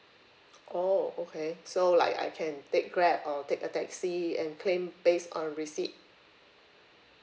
oh okay so like I can take grab or take a taxi and claim based on receipt